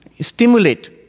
Stimulate